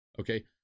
Okay